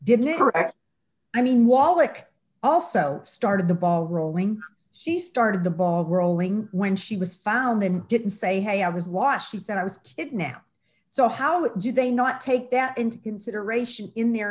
didn't i mean wallach also started the ball rolling she started the ball rolling when she was found and didn't say hey i was why she said i was it now so how do they not take that into consideration in their